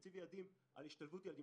יציב יעדים על השתלבות ילדים,